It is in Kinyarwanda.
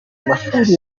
amashuri